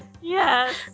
Yes